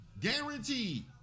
guaranteed